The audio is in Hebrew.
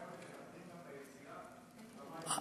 ביציאה במים המותפלים.